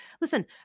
listen